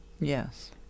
Yes